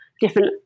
different